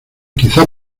quizá